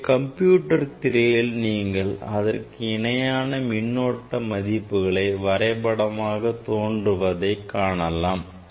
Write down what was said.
இங்கே கம்ப்யூட்டர் திரையில் நீங்கள் அதற்கு இணையான மின்னோட்ட மதிப்புகள் வரைபடமாக தோன்றுவதை காணலாம்